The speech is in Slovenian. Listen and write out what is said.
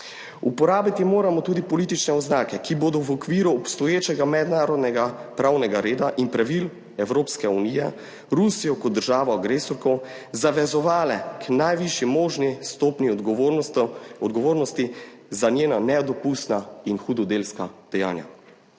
Uporabiti moramo tudi politične oznake, ki bodo v okviru obstoječega mednarodnega pravnega reda in pravil Evropske unije Rusijo kot državo agresorko zavezovale k najvišji možni stopnji odgovornosti, odgovornosti za njena nedopustna in hudodelska dejanja.